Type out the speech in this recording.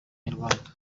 nyarwanda